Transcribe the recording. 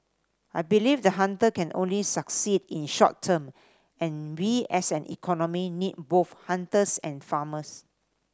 I believe the hunter can only succeed in short term and we as an economy need both hunters and farmers